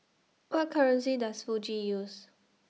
What currency Does Fiji use